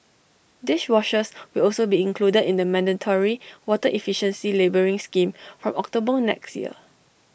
dishwashers will also be included in the mandatory water efficiency labelling scheme from October next year